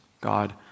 God